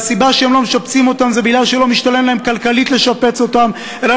והסיבה שהם לא משפצים אותם היא שלא משתלם להם כלכלית לשפץ אותם אלא